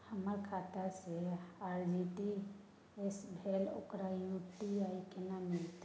हमर खाता से जे आर.टी.जी एस भेलै ओकर यू.टी.आर केना मिलतै?